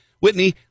Whitney